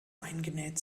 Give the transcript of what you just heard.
eingenäht